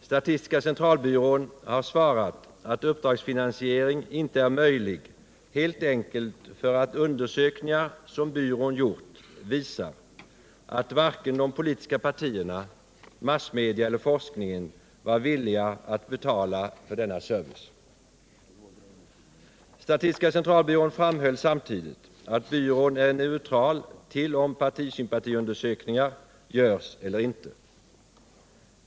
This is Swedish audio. Statistiska centralbyrån har svarat att uppdragsfinansiering inte är möjlig, helt enkelt därför att undersökningar som byrån gjort visar att varken de politiska partierna, massmedia eller forskningen var villiga att betala för denna service. Statistiska centralbyrån framhöll samtidigt att byrån är neutral till om partisympatiundersökningar görs eller inte.